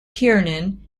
kiernan